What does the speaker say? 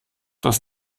das